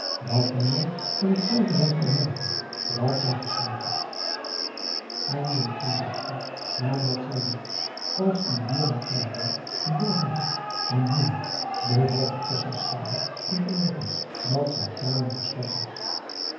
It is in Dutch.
dat niemand van hetzelve zou kunnen merken dat zij geschreid had indelijk ging zij terug nadat zij den brief als een dierbaar kleinood geborgen had en niemand behalve kon ontdekken dat zij tranen gestort had